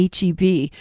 HEB